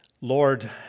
Lord